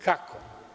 Kako?